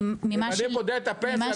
אם אני פודה את הפנסיה,